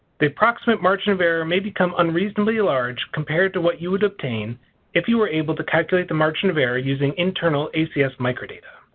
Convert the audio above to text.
the approximate margin of error may become unreasonably large compared to what you would obtain if you were able to calculate the margin of error using internal acs microdata.